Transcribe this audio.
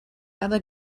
other